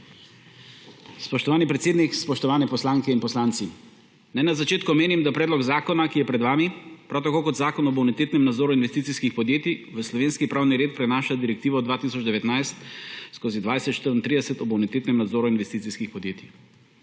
Spoštovani predsednik, spoštovane poslanke in poslanci! Naj na začetku omenim, da predlog zakona, ki je pred vami, prav tako kot Zakon o bonitetnem nadzoru investicijskih podjetij v slovenski pravni red prenaša Direktivo 2019/2034 o bonitetnem nadzoru investicijskih podjetij.